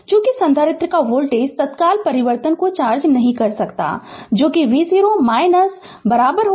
चूंकि संधारित्र का वोल्टेज तत्काल परिवर्तन को चार्ज नहीं कर सकता है जो कि v0 v0 है